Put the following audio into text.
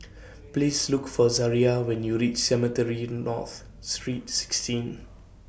Please Look For Zaria when YOU REACH Cemetry North Street sixteen